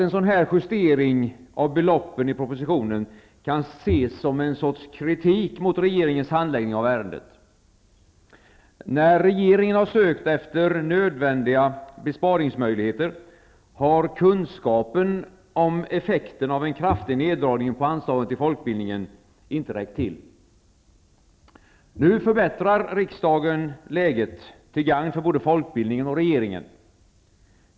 En sådan här justering av beloppen i propositionen kan naturligtvis ses som en sorts kritik mot regerings handläggning av ärendet. När regeringen har sökt efter nödvändiga besparingsmöjligheter har kunskapen om effekterna av en kraftig neddragning av anslaget till folkbildningen inte räckt till. Nu förbättrar riksdagen läget till gagn för både folkbildningen och regeringen.